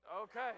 okay